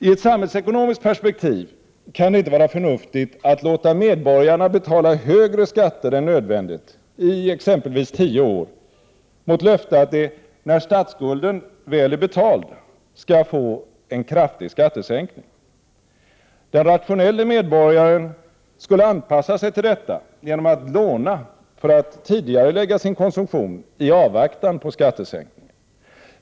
I ett samhällsekonomiskt perspektiv kan det inte vara förnuftigt att låta medborgarna betala högre skatter än nödvändigt i exempelvis tio år mot löfte om att de, när sedan statsskulden är betald, skall få en kraftig skattesänkning. Den rationelle medborgaren skulle anpassa sig till detta genom att låna för att tidigarelägga sin konsumtion i avvaktan på skattesänkningen.